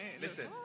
Listen